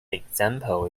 example